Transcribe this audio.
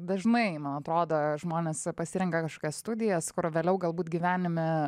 dažnai man atrodo žmonės pasirenka kažkokias studijas kur vėliau galbūt gyvenime